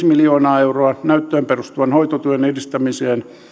miljoonaa euroa näyttöön perustuvan hoitotyön edistämiseen